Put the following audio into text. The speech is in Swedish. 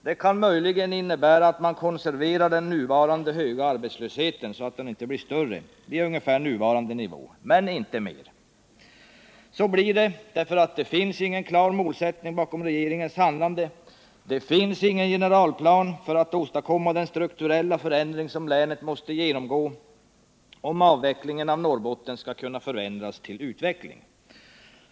Det kan möjligen innebära, att man konserverar den nuvarande höga arbetslösheten, så att den inte blir större än vad som ungefär motsvarar nuvarande nivå. Men det innebär inte mer. Så blir det, för det finns ingen klar målsättning bakom regeringens handlande, det finns ingen generalplan för att åstadkomma den strukturella förändring som länet måste genomgå, om avvecklingen av Norrbotten skall kunna förändras till utveckling.